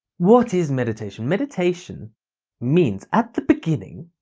what is meditation? meditation means. at the beginning.